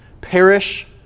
Perish